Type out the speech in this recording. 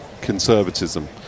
conservatism